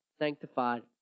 sanctified